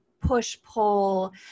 push-pull